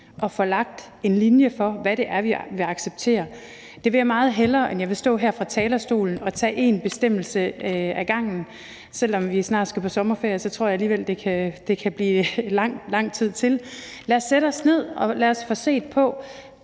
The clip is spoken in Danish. og får lagt en linje for, hvad det er, vi vil acceptere. Det vil jeg meget hellere, end at jeg vil stå her fra talerstolen og tage én bestemmelse ad gangen. Selv om vi snart skal på sommerferie, tror jeg alligevel, der kan blive lang tid til. Lad os sætte os ned, og lad os få set på,